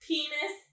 Penis